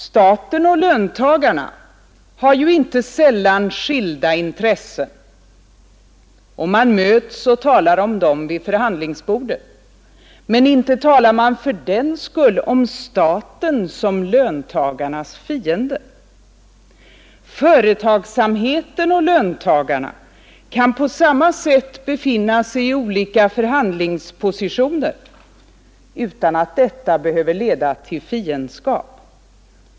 Staten och löntagarna har inte sällan skilda intressen — och man möts och diskuterar dem vid förhandlingsbordet — men inte framställs fördenskull staten som löntagarnas fiende. Företagsamheten och löntagarna kan på samma sätt befinna sig i olika förhandlingspositioner utan att detta behöver leda till ”fiendskap”.